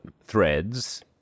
threads